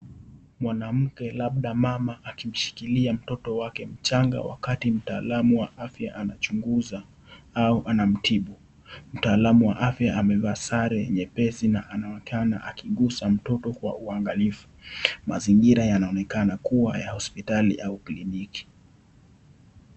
Mwanamke labda mama akimshikiria mtoto wake mchanga wakati mtaalamu wa afya anachunguza au anamtibu, mtaalamu wa afya amevaa sare nyepesi na anaonekana akigusa mtoto kwa uangalifu. Mazingira yanaonekana kuwa ya hospitali au kliniki.